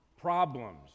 problems